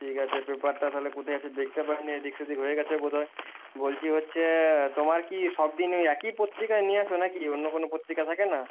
ঠিক আছে পেপারটা তাহলে কোথায় আছে দেখতে পাইনি এদিক সেদিক হয়ে গিয়েছে বোধহয় বলছি হচ্ছে তোমার কি সব দিন ওই একই পত্রিকাই নিয়ে আসো না কি অন্য কোনো পত্রিকা থাকে না